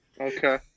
Okay